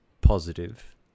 positive